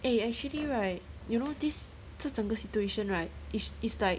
eh actually right you know this 这种的 situation right is is like